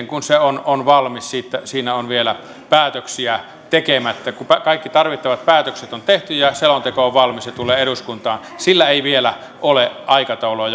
kun se on on valmis siinä on vielä päätöksiä tekemättä kun kaikki tarvittavat päätökset on tehty ja selonteko on valmis se tulee eduskuntaan sillä ei vielä ole aikataulua